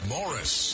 Morris